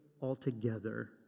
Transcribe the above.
altogether